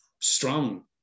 strong